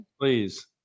please